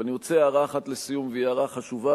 ואני רוצה לומר הערה אחת לסיום, והיא הערה חשובה.